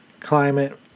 Climate